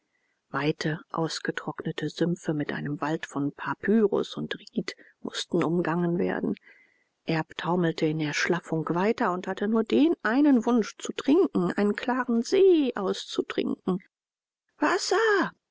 weite ausgetrocknete sümpfe mit einem wald von papyrus und ried mußten umgangen werden erb taumelte in erschlaffung weiter und hatte nur den einen wunsch zu trinken einen klaren see auszutrinken wasser